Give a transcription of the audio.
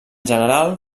general